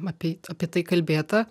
apeit apie tai kalbėta